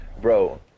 bro